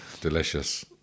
Delicious